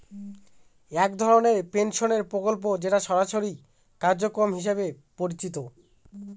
এক ধরনের পেনশনের প্রকল্প যেটা সরকারি কার্যক্রম হিসেবে পরিচিত